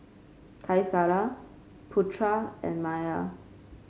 Qaisara Putra and Maya